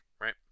Right